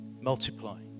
Multiply